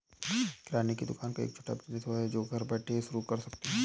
किराने की दुकान एक छोटा बिज़नेस है जो की घर बैठे शुरू कर सकते है